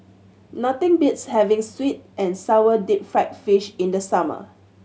nothing beats having sweet and sour deep fried fish in the summer